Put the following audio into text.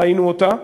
ראינו אותה.